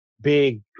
big